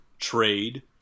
trade